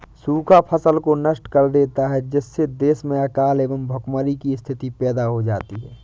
सूखा फसल को नष्ट कर देता है जिससे देश में अकाल व भूखमरी की स्थिति पैदा हो जाती है